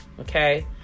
okay